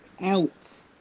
out